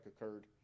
occurred